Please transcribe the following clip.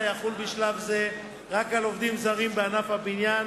יחול בשלב זה רק על עובדים זרים בענף הבניין,